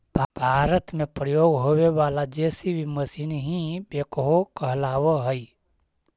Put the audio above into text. भारत में प्रयोग होवे वाला जे.सी.बी मशीन ही बेक्हो कहलावऽ हई